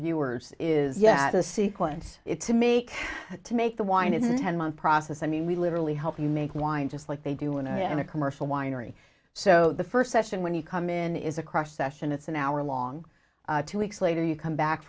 viewers is yes the sequence it to make to make the wine is a ten month process i mean we literally help you make wine just like they do in a commercial winery so the first session when you come in is a crush session it's an hour long two weeks later you come back